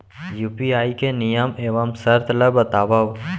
UPI के नियम एवं शर्त ला बतावव